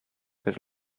per